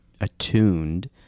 attuned